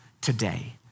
today